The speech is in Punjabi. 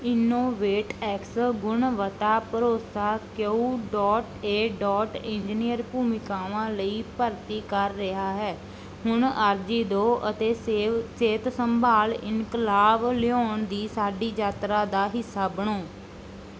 ਇਨੋਵੇਟਐਕਸ ਗੁਣਵੱਤਾ ਭਰੋਸਾ Q dot A dot engineer ਭੂਮਿਕਾਵਾਂ ਲਈ ਭਰਤੀ ਕਰ ਰਿਹਾ ਹੈ ਹੁਣ ਅਰਜ਼ੀ ਦਿਓ ਅਤੇ ਸਿਹ ਸਿਹਤ ਸੰਭਾਲ ਇਨਕਲਾਬ ਲਿਆਉਣ ਦੀ ਸਾਡੀ ਯਾਤਰਾ ਦਾ ਹਿੱਸਾ ਬਣੋ